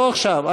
לא עכשיו,